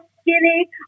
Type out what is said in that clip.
skinny